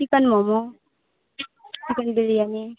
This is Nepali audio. chicken momo chicken biryani